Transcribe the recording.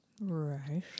Right